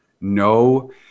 no